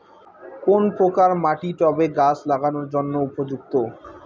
কোন প্রকার মাটি টবে গাছ লাগানোর জন্য উপযুক্ত?